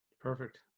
Perfect